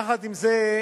יחד עם זה,